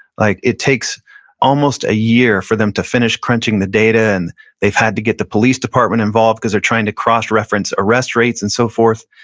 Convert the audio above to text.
like it takes almost a year for them to finish crunching the data, and they've had to get the police department involved cause they're trying to cross reference arrest rates and so forth.